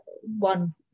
one